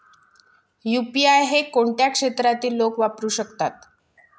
UPI हे कोणत्या क्षेत्रातील लोक वापरू शकतात?